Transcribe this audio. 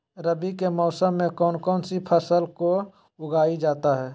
रवि के मौसम में कौन कौन सी फसल को उगाई जाता है?